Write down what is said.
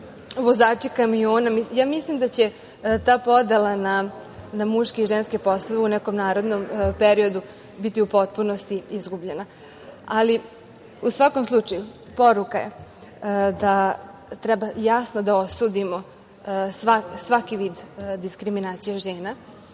vozači kamiona. Mislim da će ta podela na muške i ženske poslove u nekom narednom periodu biti u potpunosti izgubljena.U svakom slučaju, poruka je da treba jasno da osudimo svaki vid diskriminacije žena